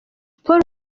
paul